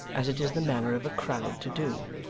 as it is the manner of a crowd to do.